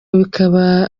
bikaba